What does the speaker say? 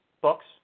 books